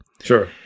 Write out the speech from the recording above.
Sure